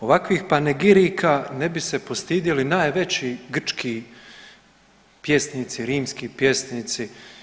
Ovakvih panegirika ne bi se postidjeli najveći grčki pjesnici, rimski pjesnici.